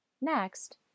Next